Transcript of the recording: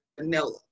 Vanilla